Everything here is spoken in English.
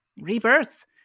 Rebirth